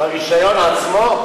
ברישיון עצמו?